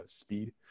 speed